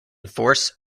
force